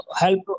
help